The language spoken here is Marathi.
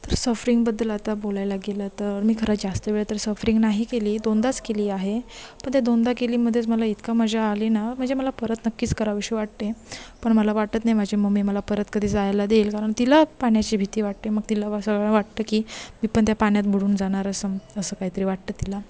तर सफरिंगबद्दल आता बोलायला गेलं तर मी खरं जास्त वेळ तर सफरिंग नाही केली दोनदाच केली आहे पण त्या दोनदा केलीमध्येच मला इतका मजा आली ना म्हणजे मला परत नक्कीच करावीशी वाटते पण मला वाटत नाही माझी मम्मी मला परत कधी जायला देईल कारण तिला पाण्याची भीती वाटते मग तिला व असं वाटतं की मी पण त्या पाण्यात बुडून जाणार असं असं काहीतरी वाटतं तिला